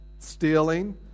Stealing